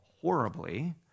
horribly